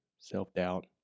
self-doubt